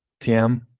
tm